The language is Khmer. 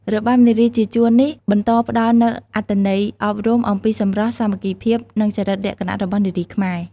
របាំនារីជាជួរនេះបន្តផ្តល់នូវអត្ថន័យអប់រំអំពីសម្រស់ សាមគ្គីភាព និងចរិតលក្ខណៈរបស់នារីខ្មែរ។